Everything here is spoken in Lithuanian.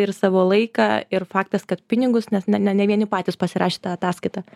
ir savo laiką ir faktas kad pinigus nes ne ne ne vieni patys pasirašėt tą ataskaitą